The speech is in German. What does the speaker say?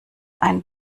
ein